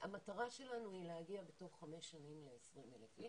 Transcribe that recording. המטרה שלנו היא להגיע בתוך חמש שנים ל-20,000 אנשים,